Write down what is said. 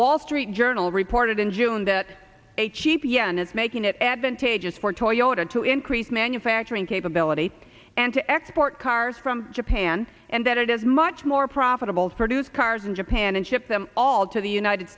wall street journal reported in june that a cheap yen is making it advantageous for toyota to increase manufacturing capability and to export cars from japan and that it is much more profitable to produce cars in japan and ship them all to the united